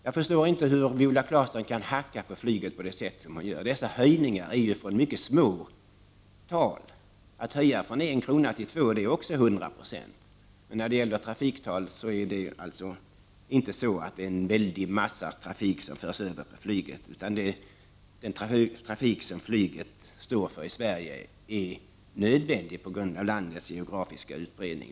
Jag förstår inte att Viola Claesson kan hacka på flyget på detta sätt. Höjningarna är ju mycket små. Att höja från 1 kr. till 2 kr. är också 100 96. En väldig massa trafik förs inte över till flyget. Den trafik som flyget i Sverige står för är nödvändig på grund av landets geografiska utbredning.